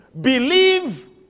Believe